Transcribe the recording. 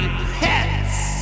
pets